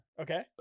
Okay